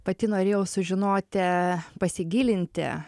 pati norėjau sužinoti pasigilinti